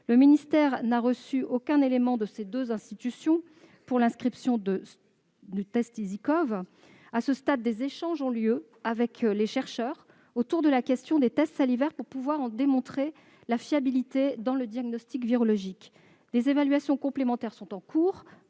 Le ministère n'a reçu aucun élément de ces deux institutions pour l'inscription du test EasyCOV. À ce stade, des échanges ont lieu avec les chercheurs autour de la question des tests salivaires pour pouvoir en démontrer la fiabilité dans le diagnostic virologique. Des évaluations complémentaires sont en cours